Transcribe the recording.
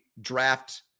draft